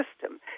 system